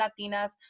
Latinas